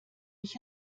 ich